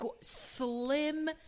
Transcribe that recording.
slim